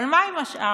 אבל מה עם השאר?